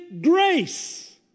grace